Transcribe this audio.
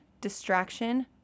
distraction